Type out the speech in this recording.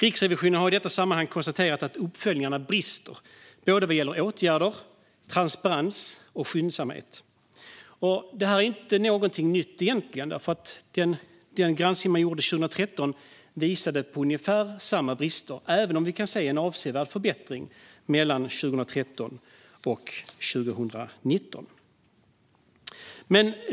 Riksrevisionen har i detta sammanhang konstaterat att uppföljningarna brister både vad gäller åtgärder, transparens och skyndsamhet. Det här är egentligen inte någonting nytt. Redan den granskning man gjorde 2013 visade på ungefär samma brister, även om vi kan se en avsevärd förbättring mellan 2013 och 2019.